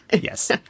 Yes